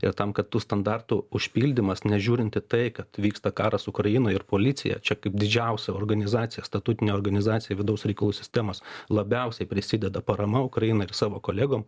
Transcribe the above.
ir tam kad tų standartų užpildymas nežiūrint į tai kad vyksta karas ukrainoj ir policija čia kaip didžiausia organizacija statutinė organizacija vidaus reikalų sistemos labiausiai prisideda parama ukrainai ir savo kolegom